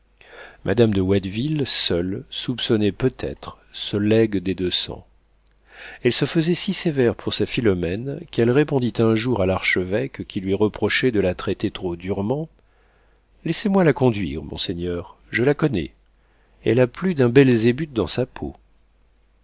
madame de watteville seule soupçonnait peut-être ce legs des deux sangs elle se faisait si sévère pour sa philomène qu'elle répondit un jour à l'archevêque qui lui reprochait de la traiter trop durement laissez-moi la conduire monseigneur je la connais elle a plus d'un belzébuth dans sa peau